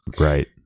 Right